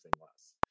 less